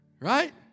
right